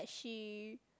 she